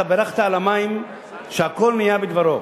אתה בירכת על המים "שהכול נהיה בדברו".